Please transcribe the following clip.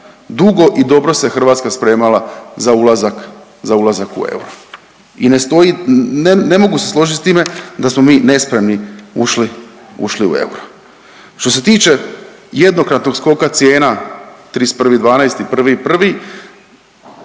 dugo i dobro se Hrvatska spremala za ulazak, za ulazak u euro i ne stoji, ne, ne mogu se složit s time da smo mi nespremni ušli, ušli u euro. Što se tiče jednokratnog skoka cijena 31.12.-1.1.